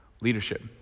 Leadership